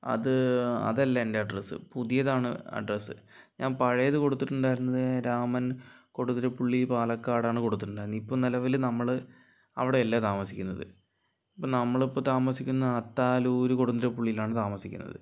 അത് അതല്ല എൻറെ അഡ്രസ്സ് പുതിയതാണ് അഡ്രസ്സ് ഞാൻ പഴയത് കൊടുത്തിട്ടുണ്ടായിരുന്നത് രാമൻ കൊടുതിരിപ്പുള്ളി പാലക്കാടാണ് കൊടുത്തിട്ടുണ്ടായിരുന്നതു ഇപ്പോൾ നിലവില് നമ്മള് അവിടെയല്ല താമസിക്കുന്നത് അപ്പം നമ്മളിപ്പോൾ താമസിക്കുന്ന അത്താലൂര് കൊടുതിരി പുള്ളിയിലാണ് താമസിക്കുന്നത്